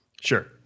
sure